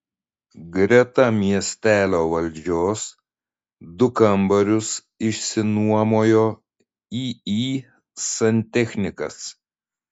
greta miestelio valdžios du kambarius išsinuomojo iį santechnikas